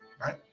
right